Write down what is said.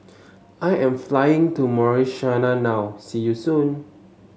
I am flying to Mauritania now see you soon